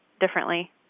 differently